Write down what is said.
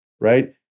right